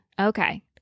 okay